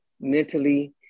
mentally